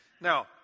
Now